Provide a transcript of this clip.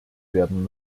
werden